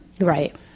right